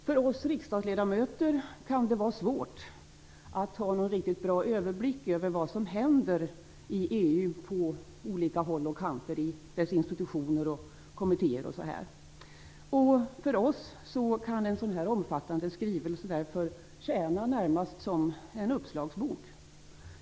För oss riksdagsledamöter kan det vara svårt att få någon riktigt bra överblick över vad som händer inom EU på olika håll och kanter, i dess institutioner och kommittéer osv. För oss kan en sådan här omfattande skrivelse därför tjäna närmast som en uppslagsbok.